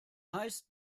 heißt